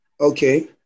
Okay